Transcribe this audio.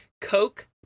Coke